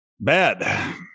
bad